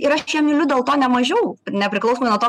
ir aš ją myliu dėl to ne mažiau nepriklausomai nuo to